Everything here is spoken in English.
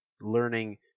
learning